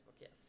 yes